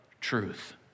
truth